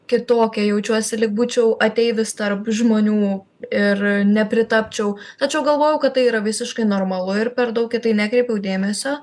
kitokia jaučiuosi lyg būčiau ateivis tarp žmonių ir nepritapčiau tačiau galvojau kad tai yra visiškai normalu ir per daug į tai nekreipiau dėmesio